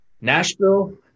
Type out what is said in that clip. Nashville